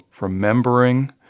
remembering